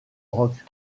rock